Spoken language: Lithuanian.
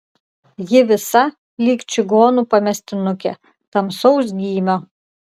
ji visa lyg čigonų pamestinukė tamsaus gymio